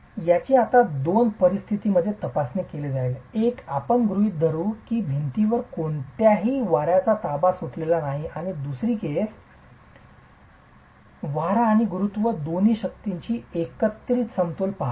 याची आता दोन परिस्थितींमध्ये तपासणी केली जाईल एक आपण गृहित धरू की भिंतीवर कोणत्याही वाऱ्याचा ताबा सुटलेला नाही आणि दुसरे केस वारा आणि गुरुत्व दोन्ही शक्तींनी एकत्रित समतोल पाहतो